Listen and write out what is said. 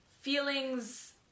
Feelings